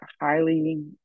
highly